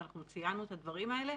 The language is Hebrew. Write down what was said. ואנחנו ציינו את הדברים האלה.